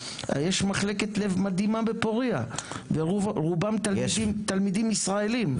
יש מחלקת לב מדהימה י ורובם תלמידים ישראלים,